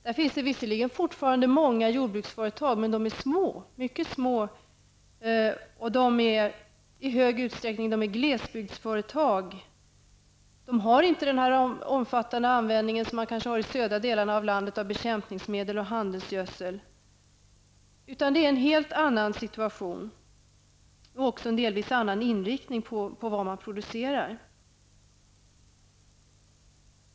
Där finns det visserligen fortfarande många jordbruksföretag, men de är små, mycket små, och de är i stor utsträckning glesbygdsföretag. De har inte den här omfattande användningen av bekämpningsmedel och handelsgödsel som man kanske har i de södra delarna av landet. De har en helt annan situation och även delvis en annan inriktning på vad man producerar.